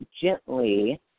gently